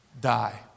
die